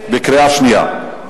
בקריאה שנייה.